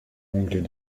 anglais